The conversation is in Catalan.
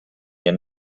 han